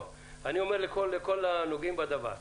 אני אומר לכל הנוגעים בדבר,